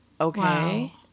Okay